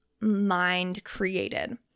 mind-created